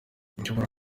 ushobora